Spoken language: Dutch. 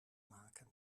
maken